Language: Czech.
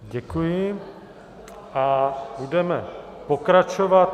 Děkuji a budeme pokračovat.